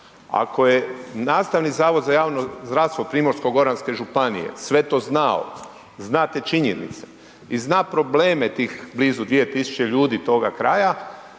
ako je Nastavni zavod za javno zdravstvo Primorsko-goranske županije sve to znao, zna te činjenice i zna probleme tih blizu 2000 ljudi toga kraja,